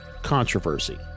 Controversy